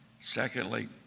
Secondly